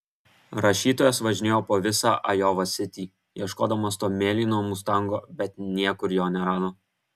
rašytojas važinėjo po visą ajova sitį ieškodamas to mėlyno mustango bet niekur jo nerado